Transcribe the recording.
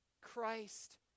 Christ